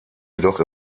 jedoch